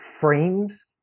frames